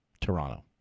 Toronto